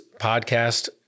podcast